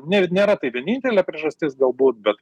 ne nėra tai vienintelė priežastis galbūt bet